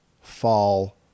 fall